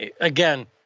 again